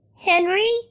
Henry